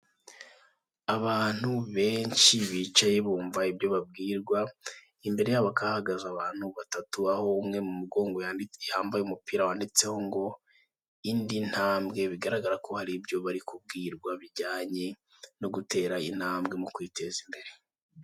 Abantu benshi bicaye bumva ibyo babwirwa imbere yabo hakaba hahagaze abantu batatu aho umwe mu mugongo yambaye umupira wanditseho ngo indi ntambwe bigaragara ko hari ibyo bari kubwirwa bijyanye no gutera intambwe mu kwiteza imbere.